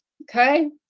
Okay